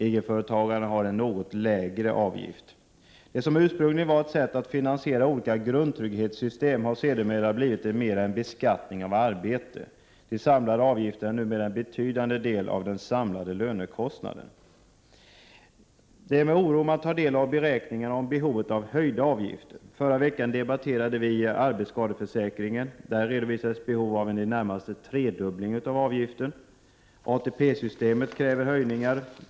Egenföretagaren har en något lägre avgift. Det som ursprungligen var ett sätt att finansiera olika grundtrygghetssystem har sedermera blivit mera en beskattning av arbete. De samlade avgifterna är numera en betydande del av den samlade lönekostnaden. Det är med oro man tar del av beräkningarna om behovet av höjda avgifter. Förra veckan debatterade vi arbetsskadeförsäkringen. Då redovisades behov av en i det närmaste tredubbling av avgiften. ATP-systemet kräver höjningar.